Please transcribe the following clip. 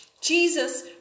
Jesus